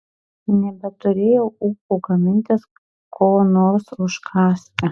nebeturėjau ūpo gamintis ko nors užkąsti